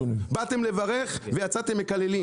באתם לברך ויצאתם מקללים,